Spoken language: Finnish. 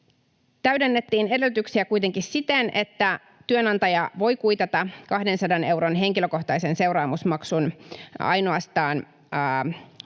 Täydennettiin edellytyksiä kuitenkin siten, että työnantaja voi kuitata 200 euron henkilökohtaisen seuraamusmaksun ainoastaan tiettyjen